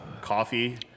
coffee